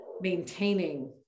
maintaining